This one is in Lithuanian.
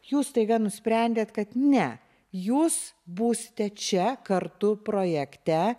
jūs staiga nusprendėt kad ne jūs būsite čia kartu projekte